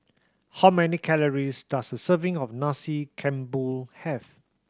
how many calories does a serving of Nasi Campur have